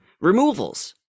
removals